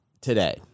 today